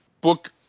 book